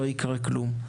לא יקרה כלום.